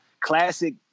Classic